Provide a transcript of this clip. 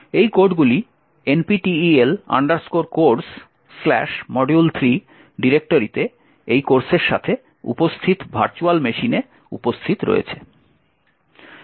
এই কোডগুলি nptel codesmodule3 ডিরেক্টরিতে এই কোর্সের সাথে উপস্থিত ভার্চুয়াল মেশিনে উপস্থিত রয়েছে